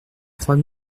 trois